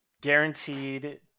Guaranteed